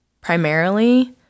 primarily